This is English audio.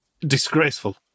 disgraceful